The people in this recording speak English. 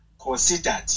considered